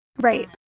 Right